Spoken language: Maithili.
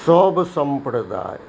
सभ सम्प्रदाय